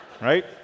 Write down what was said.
right